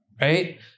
Right